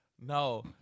No